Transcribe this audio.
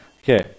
Okay